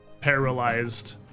paralyzed